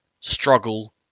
struggle